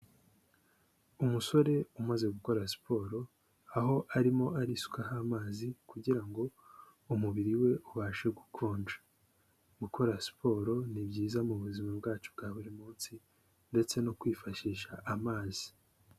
Umusore umaze gukora siporo aho arimo arisukaho amazi kugira ngo umubiri we ubashe gukonja, gukora siporo ni byiza mu buzima bwacu bwa buri munsi ndetse no kwifashisha amazi.